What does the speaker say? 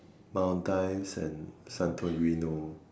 Maldives and Santarino